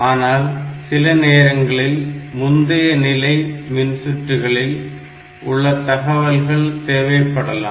ஆனால் சிலநேரங்களில் முந்தைய நிலை மின்சுற்றுகளில் உள்ள தகவல்கள் தேவைப்படலாம்